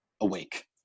awake